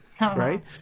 right